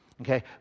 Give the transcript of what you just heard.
Okay